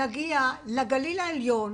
למשל, להגיע לגליל העליון